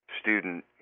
student